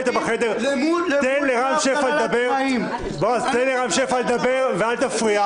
--- תן לרם שפע לדבר ואל תפריע.